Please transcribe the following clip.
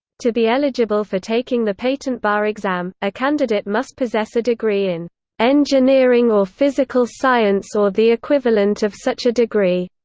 to be eligible for taking the patent bar exam, a candidate must possess a degree in engineering or physical science or the equivalent of such a degree.